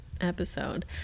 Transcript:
episode